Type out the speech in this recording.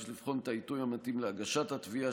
יש לבחון את העיתוי המתאים להגשת התביעה,